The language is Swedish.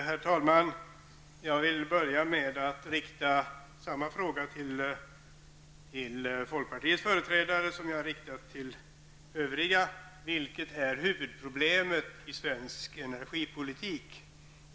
Herr talman! Jag vill börja med att rikta samma fråga till folkpartiets företrädare som jag riktat till övriga partiers: Vilket är huvudproblemet i svensk energipolitik?